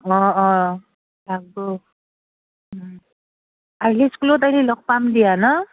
অঁ অঁ আহিলি স্কুলত আহিলে লগ পাম দিয়া ন